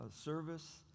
service